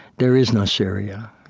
there is no syria.